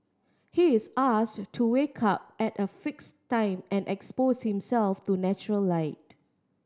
he is asked to wake up at a fix time and expose himself to natural light